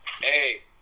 hey